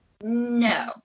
no